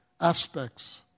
aspects